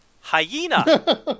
hyena